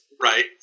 right